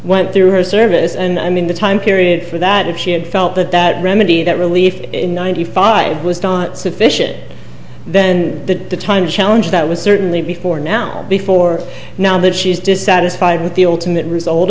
went through her service and i mean the time period for that if she had felt that that remedy that relief in ninety five was dot sufficient it then the time to challenge that was certainly before now before now that she is dissatisfied with the ultimate result